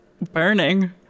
burning